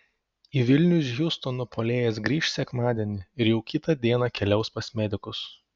į vilnių iš hjustono puolėjas grįš sekmadienį ir jau kitą dieną keliaus pas medikus